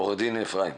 עו"ד אפרים,